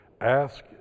Ask